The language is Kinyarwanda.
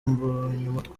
mbonyumutwa